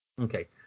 Okay